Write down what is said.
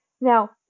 Now